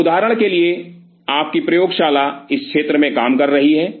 तो उदाहरण के लिए आपकी प्रयोगशाला इस क्षेत्र में काम कर रही है